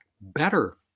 better